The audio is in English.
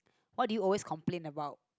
what did you always complained about